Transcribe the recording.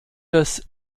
des